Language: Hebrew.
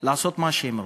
לעשות מה שהם רוצים.